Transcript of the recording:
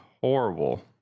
horrible